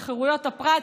זה חירויות הפרט,